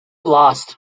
lost